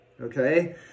Okay